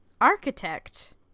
architect